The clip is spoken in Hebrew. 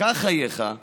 כך, חייך,